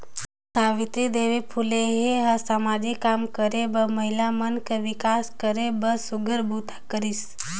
सावित्री देवी फूले ह हर सामाजिक काम करे बरए महिला मन कर विकास करे बर सुग्घर बूता करिस